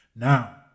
Now